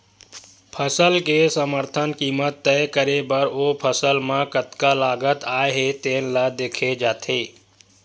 फसल के समरथन कीमत तय करे बर ओ फसल म कतका लागत आए हे तेन ल देखे जाथे